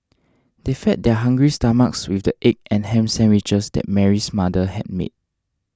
they fed their hungry stomachs with the egg and ham sandwiches that Mary's mother had made